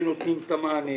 שנותנים את המענה.